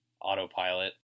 autopilot